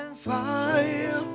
fire